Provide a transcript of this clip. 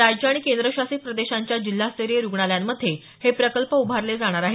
राज्य आणि केंद्रशासित प्रदेशांच्या जिल्हास्तरीय रुग्णालयांमध्ये हे प्रकल्प उभारले जाणार आहेत